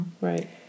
right